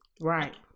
right